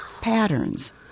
patterns